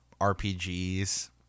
RPGs